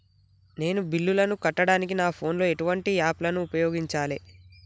నేను బిల్లులను కట్టడానికి నా ఫోన్ లో ఎటువంటి యాప్ లను ఉపయోగించాలే?